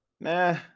Nah